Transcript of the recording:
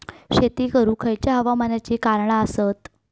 शेत करुक खयच्या हवामानाची कारणा आसत?